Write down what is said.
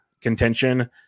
contention